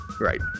Right